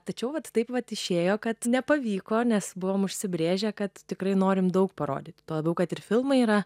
tačiau vat taip vat išėjo kad nepavyko nes buvome užsibrėžę kad tikrai norime daug parodyti tuo labiau kad ir filmai yra